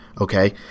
Okay